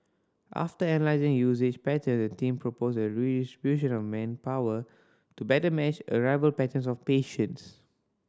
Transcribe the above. after analysing usage pattern the team proposed a redistribution of manpower to better match arrival patterns of patients